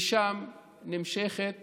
ושם נמשכת